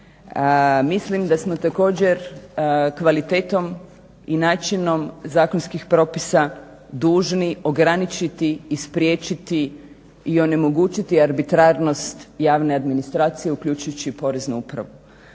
Mislim da smo također kvalitetom i načinom zakonskih propisa dužni ograničiti i spriječiti i onemogućiti arbitrarnost javne administracije, uključujući i poreznu upravu.